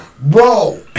Bro